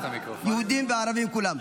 יהודים וערבים כולם.